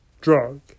drug